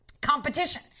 competition